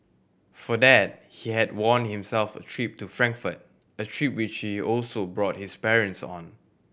for that he had won himself a trip to Frankfurt a trip which he also brought his parents on